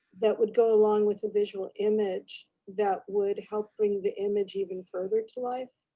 that would go along with a visual image that would help bring the image even further to life,